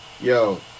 yo